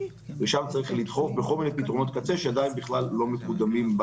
ושם צריך לדחוף בכל מיני פתרונות קצה שעדיין בכלל לא מקודמים.